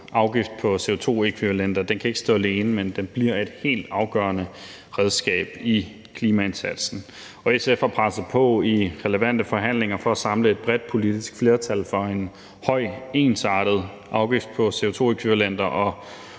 afgift på CO2-ækvivalenter kan ikke stå alene, men den bliver et helt afgørende redskab i klimaindsatsen. Og SF har presset på i relevante forhandlinger for at samle et bredt politisk flertal for en høj ensartet afgift på CO2-ækvivalenter og